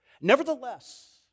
Nevertheless